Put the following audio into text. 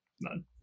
none